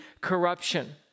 corruption